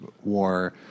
war